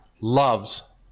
loves